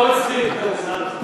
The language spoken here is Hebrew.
מצחיק,